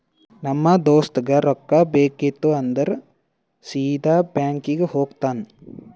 ನಮ್ ದೋಸ್ತಗ್ ರೊಕ್ಕಾ ಬೇಕಿತ್ತು ಅಂದುರ್ ಸೀದಾ ಬ್ಯಾಂಕ್ಗೆ ಹೋಗ್ತಾನ